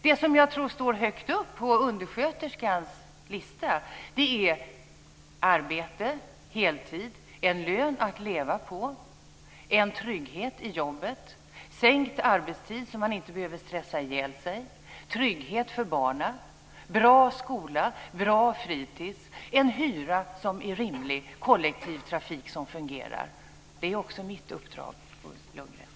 Det som jag tror står högt uppe på undersköterskans lista är arbete, heltid, en lön att leva på, en trygghet i jobbet, sänkt arbetstid så att man inte behöver stressa ihjäl sig, trygghet för barnen, bra skola, bra fritis, en hyra som är rimlig och kollektivtrafik som fungerar. Det är också mitt uppdrag, Bo Lundgren.